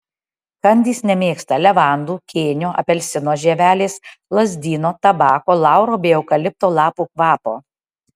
kandys nemėgsta levandų kėnio apelsino žievelės lazdyno tabako lauro bei eukalipto lapų kvapo